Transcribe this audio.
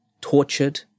tortured